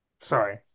Sorry